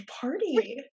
party